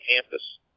campus